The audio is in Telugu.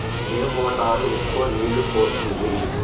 ఏ మోటార్ ఎక్కువ నీళ్లు పోస్తుంది?